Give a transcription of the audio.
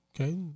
Okay